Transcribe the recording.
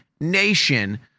nation